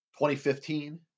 2015